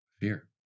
fear